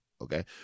Okay